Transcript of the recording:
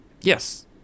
yes